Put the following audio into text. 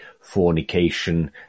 fornication